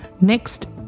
next